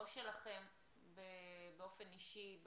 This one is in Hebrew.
לא שלכם באופן אישי,